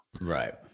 Right